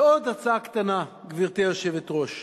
ועוד הצעה קטנה, גברתי היושבת-ראש.